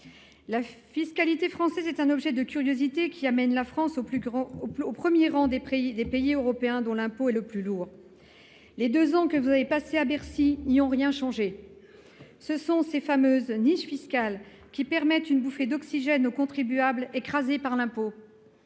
La fiscalité française est un objet de curiosité qui place la France au premier rang des pays européens dont l'impôt est le plus lourd. Les deux ans que vous avez passés à Bercy n'y auront rien changé. Ce sont ces fameuses niches fiscales qui offrent une bouffée d'oxygène aux contribuables écrasés par l'impôt.